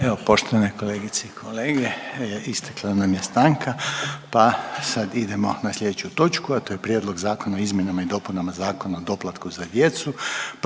Evo poštovane kolegice i kolege, istekla nam je stanka, pa sad idemo na slijedeću točku, a to je: - Prijedlog zakona o izmjenama i dopunama Zakona o doplatku za djecu,